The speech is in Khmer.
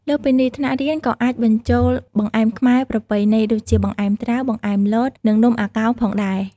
លើសពីនេះ ថ្នាក់រៀនក៏អាចបញ្ចូល បង្អែមខ្មែរប្រពៃណី ដូចជាបង្អែមត្រាវ បង្អែមលត និងនំអាកោផងដែរ។